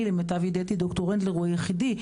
למיטב ידיעתי דר' הנדלר הוא היחידי,